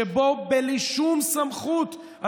שבו בלי שום סמכות,